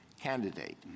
candidate